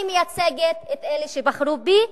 אני מייצגת את אלה שבחרו בי.